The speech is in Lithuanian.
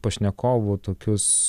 pašnekovų tokius